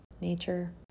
nature